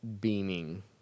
beaming